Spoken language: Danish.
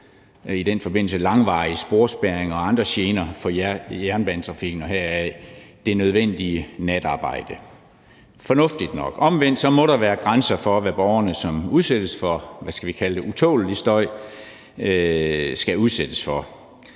i den forbindelse at undgå langvarige sporspærringer og andre gener for jernbanetrafikken heraf er det nødvendige natarbejde fornuftigt nok. Omvendt må der være grænser for, hvad borgerne, som udsættes for, hvad skal vi kalde det, utålelig støj, skal udsættes for.